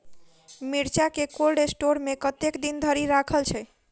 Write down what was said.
मिर्चा केँ cold store मे कतेक दिन धरि राखल छैय?